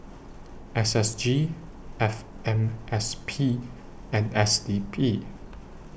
S S G F M S P and S D P